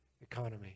economy